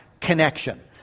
connection